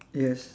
yes